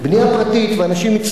ואנשים מצטופפים,